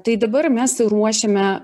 tai dabar mes ruošiame